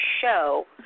show